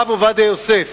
הרב עובדיה יוסף,